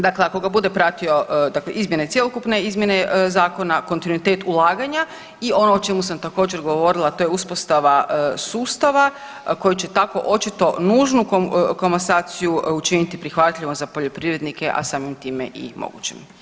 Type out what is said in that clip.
Dakle, ako ga bude pratio dakle izmjene cjelokupne izmjene zakona kontinuitet ulaganja i ono o čemu sam također govorila to je uspostava sustava koji će tako očitu nužnu komasaciju učiniti prihvatljivom za poljoprivrednike, a samim time i mogućim.